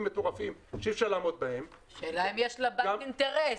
מטורפים שאי אפשר לעמוד בהם --- השאלה אם יש לבנק אינטרס.